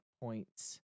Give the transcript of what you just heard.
points